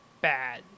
bad